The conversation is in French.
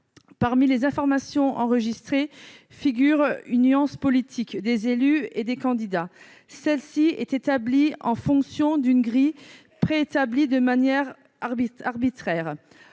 Parmi les informations enregistrées figure la nuance politique des élus et des candidats. Celle-ci est déterminée en fonction d'une grille préétablie de manière arbitraire.